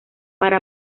para